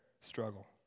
struggle